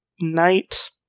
knight